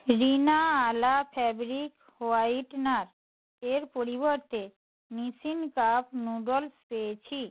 রিন আলা fabric whitener এর পরিবর্তে নিসিন কাপ নুডলস পেয়েছি